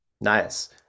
Nice